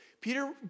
Peter